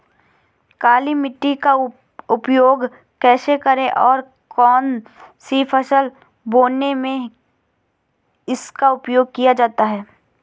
काली मिट्टी का उपयोग कैसे करें और कौन सी फसल बोने में इसका उपयोग किया जाता है?